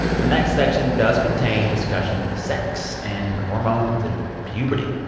the next section does contain discussion of sex and hormones and puberty,